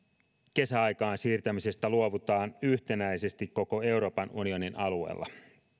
kesäaikaan siirtämisestä luovutaan yhtenäisesti koko euroopan unionin alueella